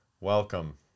Welcome